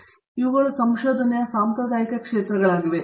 ಆದ್ದರಿಂದ ಇವುಗಳು ಸಂಶೋಧನೆಯ ಸಾಂಪ್ರದಾಯಿಕ ಕ್ಷೇತ್ರಗಳಾಗಿವೆ